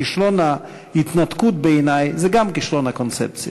כישלון ההתנתקות בעיני זה גם כישלון הקונספציה.